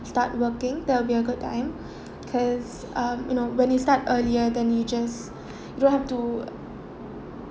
start working that will be a good time cause um you know when you start earlier then you just you have to